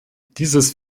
dieses